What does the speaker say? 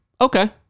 okay